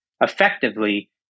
effectively